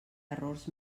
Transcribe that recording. errors